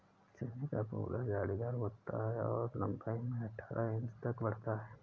चने का पौधा झाड़ीदार होता है और लंबाई में अठारह इंच तक बढ़ता है